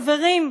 חברים.